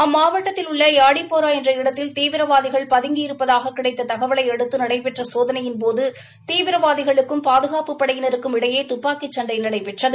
அம்மாவட்டத்தில் உள்ள யாடிப்போரா என்ற இடத்தில் தீவிரவாதிகள் பதுங்கி இருப்பதாகக் கிடைத் தகவலை அடுத்து நளடபெற்ற சோதனையின்போது தீவிரவாதிகளுக்கும் பாதுகாப்புப் படையிருக்கும் இடையே துப்பாக்கி சண்டை நடைபெற்றது